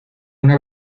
una